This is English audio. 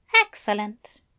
Excellent